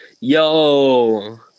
Yo